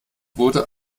wurde